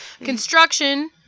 Construction